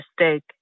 mistake